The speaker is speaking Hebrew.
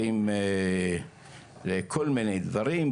אחים לכל מיני דברים,